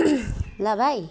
ल भाइ